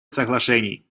соглашений